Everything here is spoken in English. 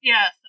Yes